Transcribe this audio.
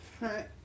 Right